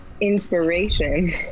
inspiration